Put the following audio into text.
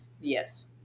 Yes